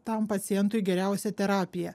tam pacientui geriausią terapiją